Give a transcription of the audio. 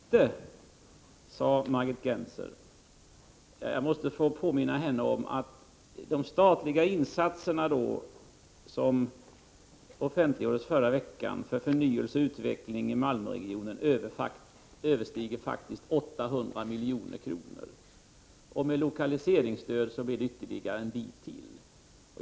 Fru talman! ”Tacksam för litet” , sade Margit Gennser. Jag måste påminna henne om att de statliga insatserna, som offentliggjordes förra veckan, för förnyelse och utveckling i Malmöregionen överstiger 800 milj.kr. Med lokaliseringsstöd blir det ytterligare pengar.